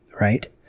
Right